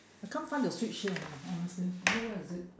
I can't find the switch here honestly don't know where is it